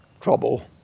trouble